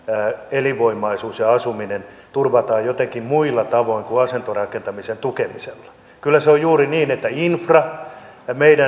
elinvoimaisuus ja asuminen turvataan jotenkin muilla tavoin kuin asuntorakentamisen tukemisella kyllä se on juuri niin että infra